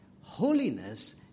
holiness